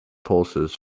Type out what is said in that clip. pulses